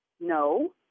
No